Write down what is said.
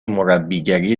مربیگری